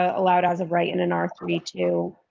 a loud as of right in an r three too.